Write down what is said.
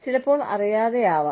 ചിലപ്പോൾ അറിയാതെയാവാം